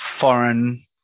foreign